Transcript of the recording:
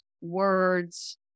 words